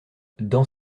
dans